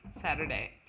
Saturday